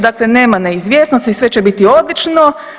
Dakle, nema neizvjesnosti, sve će biti odlično.